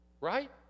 Right